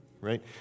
right